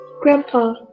grandpa